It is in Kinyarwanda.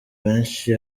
benshi